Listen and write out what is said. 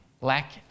lack